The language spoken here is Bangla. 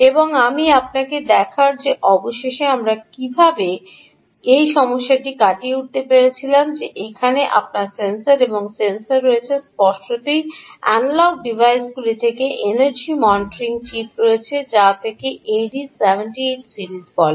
এবং আমি আপনাকে দেখাব যে অবশেষে আমরা কীভাবে এই সমস্যাটি কাটিয়ে উঠতে পেরেছিলাম যে এখানে আপনার সেন্সর এবং সেন্সর রয়েছে স্পষ্টতই অ্যানালগ ডিভাইসগুলি থেকে এনার্জি মনিটরিং চিপ রয়েছে যা একে AD78 সিরিজ বলে